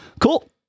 Cool